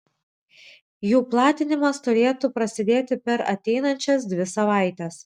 jų platinimas turėtų prasidėti per ateinančias dvi savaites